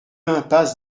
impasse